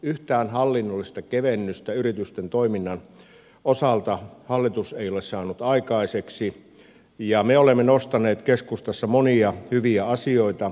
yhtään hallinnollista kevennystä yritysten toiminnan osalta hallitus ei ole saanut aikaiseksi ja me olemme nostaneet esiin keskustassa monia hyviä asioita